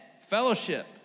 fellowship